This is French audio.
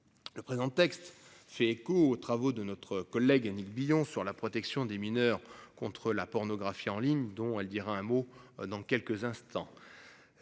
Le présent texte fait écho aux travaux de notre collègue Annick Billon sur la protection des mineurs contre la pornographie en ligne dont elle dira un mot dans quelques instants.